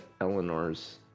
Eleanor's